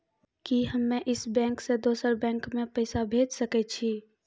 कि हम्मे इस बैंक सें दोसर बैंक मे पैसा भेज सकै छी?